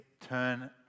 turn